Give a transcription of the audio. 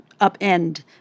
upend